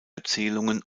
erzählungen